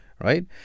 right